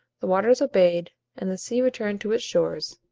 the waters obeyed, and the sea returned to its shores,